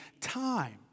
time